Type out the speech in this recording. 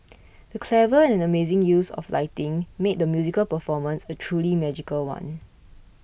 the clever and amazing use of lighting made the musical performance a truly magical one